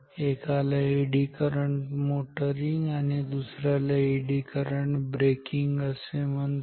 एकाला eddy current motoring आणि दुसऱ्याला एडी करंट ब्रेकिंग असे म्हणतात